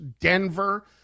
Denver